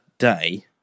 day